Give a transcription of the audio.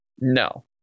no